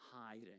hiding